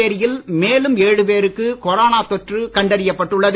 புதுச்சேரியில் மேலும் பேருக்கு கொரோனா தொற்று கண்டறியப்பட்டுள்ளது